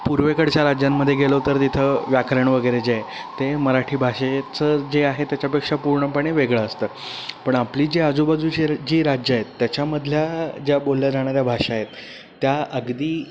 पूर्वेकडच्या राज्यांमध्ये गेलो तर तिथं व्याकरण वगैरे जे आहे ते मराठी भाषेचं जे आहे त्याच्यापेक्षा पूर्णपणे वेगळं असतं पण आपली जी आजूबाजूची जी राज्यं आहेत त्याच्यामधल्या ज्या बोलल्या जाणाऱ्या भाषा आहेत त्या अगदी